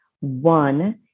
One